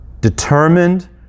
determined